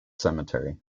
cemetery